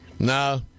No